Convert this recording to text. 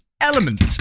element